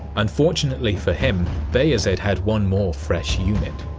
unfortunately for him, bayezid had one more fresh unit.